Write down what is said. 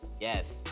Yes